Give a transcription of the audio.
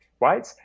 right